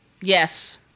Yes